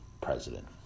president